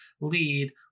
lead